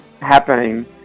happening